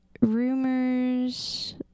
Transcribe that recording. Rumors